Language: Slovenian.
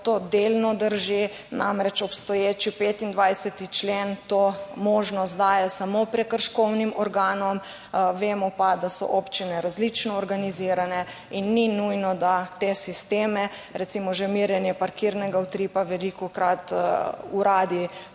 To delno drži, namreč obstoječi 25. člen to možnost daje samo prekrškovnim organom. Vemo pa, da so občine različno organizirane in ni nujno, da te sisteme recimo že merjenje parkirnega utripa velikokrat uradi,